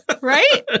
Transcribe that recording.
right